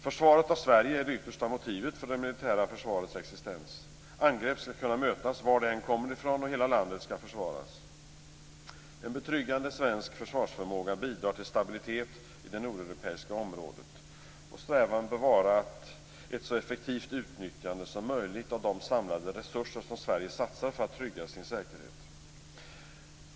Försvaret av Sverige är det yttersta motivet för det militära försvarets existens. Angrepp skall kunna mötas var de än kommer ifrån, och hela landet skall försvaras. En betryggande svensk försvarsförmåga bidrar till stabilitet i det nordeuropeiska området. Strävan bör vara ett så effektivt utnyttjande som möjligt av de samlade resurser som Sverige satsar för att trygga sin säkerhet.